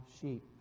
sheep